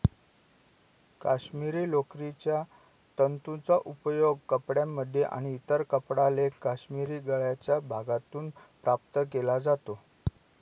काश्मिरी लोकरीच्या तंतूंचा उपयोग कपड्यांमध्ये आणि इतर कपडा लेख काश्मिरी गळ्याच्या भागातून प्राप्त केला जातो